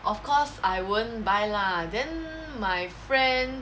of course I won't buy lah then my friend